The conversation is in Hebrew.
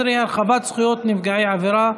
16) (הרחבת זכויות נפגעי עבירה),